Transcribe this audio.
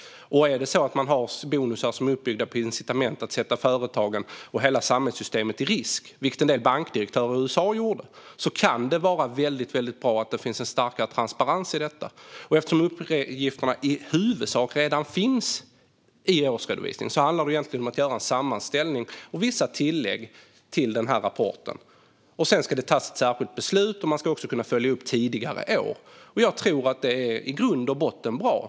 Har man bonusar som är uppbyggda på incitamentet att sätta företagen och hela samhällssystemet i risk, vilket en del bankdirektörer i USA gjorde, kan det vara väldigt bra med en starkare transparens i detta. Eftersom uppgifterna i huvudsak redan finns i årsredovisningen handlar det egentligen om att göra en sammanställning och vissa tillägg till rapporten. Sedan ska det tas ett särskilt beslut, och man ska också kunna följa upp tidigare år. Jag tror att detta i grund och botten är bra.